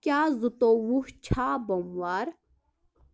کیٛاہ زٕتووُہ چھےٚ بوٚموار